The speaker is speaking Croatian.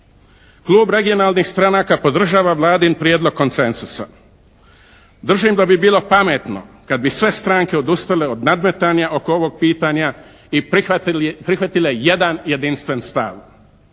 Klub regionalnih stranaka podržava Vladin prijedlog konsenzusa. Držim da bi bilo pametno kad bi sve stranke odustale od nadmetanja oko ovog pitanja i prihvatile jedan jedinstven stav.